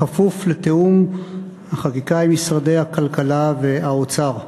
בכפוף לתיאום החקיקה עם משרדי הכלכלה והאוצר.